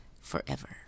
forever